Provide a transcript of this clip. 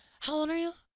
how old are you?